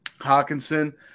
Hawkinson